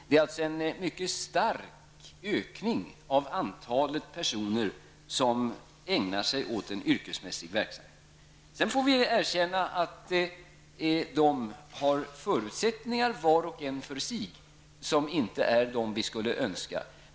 Det har således skett en mycket stor ökning av antalet personer som ägnar sig åt en sådan yrkesmässig verksamhet. Sedan får vi erkänna att de var och en för sig har förutsättningar som inte är de vi skulle önska.